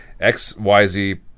XYZ